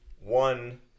One